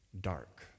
dark